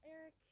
Eric